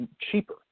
cheaper